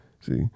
See